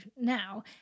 now